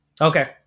Okay